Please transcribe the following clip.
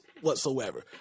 whatsoever